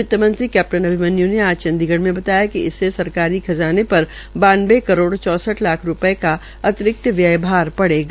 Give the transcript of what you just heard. वित्त मंत्री कैप्टन अभिमन्यू ने आज चंडीगढ़ में बताया कि इससे सरकारी खज़ानेपर बानवे करोड़ चौसठ लाख रूपये का अतिरिक्त व्यय भार पड़ेगा